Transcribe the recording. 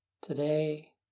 Today